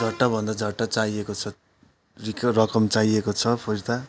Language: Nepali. झट्टभन्दा झट्ट चाहिएको छ रकम चाहिएको छ फिर्ता